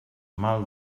mal